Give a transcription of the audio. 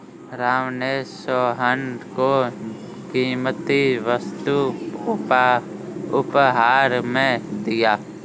राम ने सोहन को कीमती वस्तु उपहार में दिया